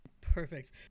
Perfect